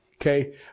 Okay